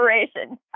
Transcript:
Inspiration